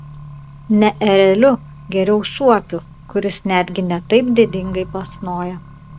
ne ereliu geriau suopiu kuris netgi ne taip didingai plasnoja